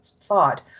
thought